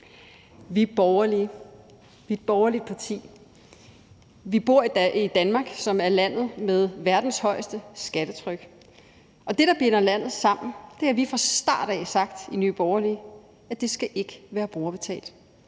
Vi er borgerlige. Vi er et borgerligt parti. Vi bor i Danmark, som er landet med verdens højeste skattetryk. Og det, der binder landet sammen – det har vi fra starten af sagt i Nye Borgerlige – skal ikke være brugerbetalt.